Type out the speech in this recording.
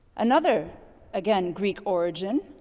another again, greek origin,